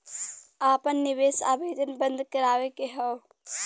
आपन निवेश आवेदन बन्द करावे के हौ?